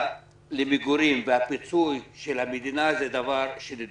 למגורים והפיצוי של המדינה זה דבר שנדרש.